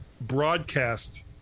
broadcast